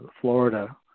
Florida